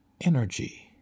Energy